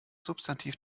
substantiv